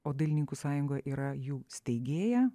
o dailininkų sąjunga yra jų steigėja